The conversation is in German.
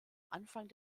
anfang